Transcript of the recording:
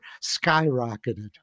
skyrocketed